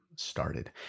started